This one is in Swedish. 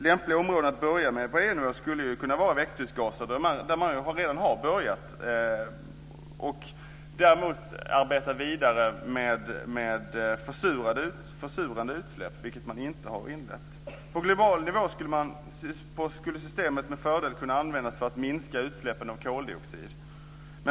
Lämpliga områden att börja med på EU-nivå skulle kunna vara växthusgaser, där man redan har börjat, och försurande utsläpp, som man däremot inte har börjat med. På global nivå skulle systemet med fördel kunna användas för att minska utsläppen av koldioxid.